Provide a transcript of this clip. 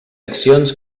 accions